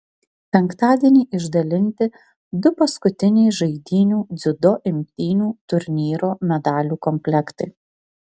penktadienį išdalinti du paskutiniai žaidynių dziudo imtynių turnyro medalių komplektai